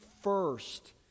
first